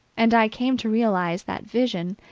and i came to realize that vision,